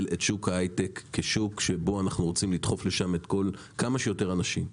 את שוק ההייטק כשוק שבו אנחנו רוצים לדחוף לשם כמה שיותר אנשים.